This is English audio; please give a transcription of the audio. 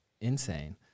insane